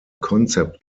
concept